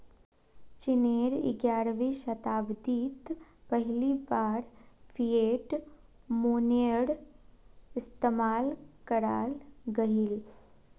चिनोत ग्यारहवीं शाताब्दित पहली बार फ़िएट मोनेय्र इस्तेमाल कराल गहिल